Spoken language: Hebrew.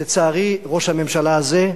ולצערי, ראש הממשלה הזה,